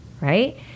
right